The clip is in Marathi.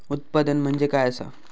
उत्पादन म्हणजे काय असा?